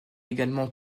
également